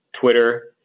Twitter